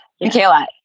Michaela